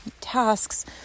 tasks